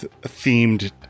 themed